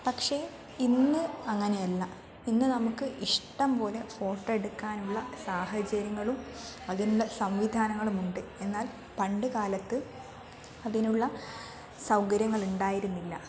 പക്ഷേ ഇന്ന് അങ്ങനെയല്ല ഇന്ന് നമുക്ക് ഇഷ്ടം പോലെ ഫോട്ടോ എടുക്കാനുള്ള സാഹചര്യങ്ങളും അതിന്റെ സംവിധാനങ്ങളുമുണ്ട് എന്നാൽ പണ്ടു കാലത്ത് അതിനുള്ള സൗകര്യങ്ങൾ ഉണ്ടായിരുന്നില്ല